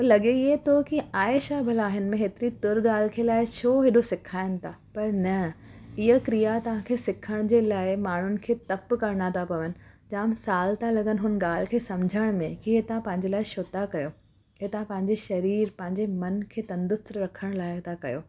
हो लॻे ईअं थो की आहे छा भला हिन में हेतिरी तुर ॻाल्हि खे लाइ छो हेॾो सिखाइण था पर न इहा क्रिया तव्हांखे सिखण जे लाइ माण्हुनि खे तप करणा त पवनि जाम साल त लॻनि हुन ॻाल्हि खे सम्झण में कि हे तां पंहिंजे लाइ छो था कयो इहो तव्हां पंहिंजे शरीर पंहिंजे मन खे तंदुरुस्त रखण लाइ था कयो